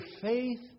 faith